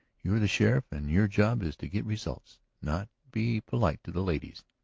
you are the sheriff and your job is to get results, not be polite to the ladies.